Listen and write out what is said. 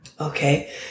Okay